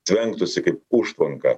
tvenktųsi kaip užtvanka